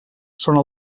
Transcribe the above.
sona